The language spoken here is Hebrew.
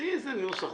תמצאי נוסח.